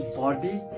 body